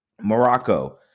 Morocco